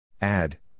Add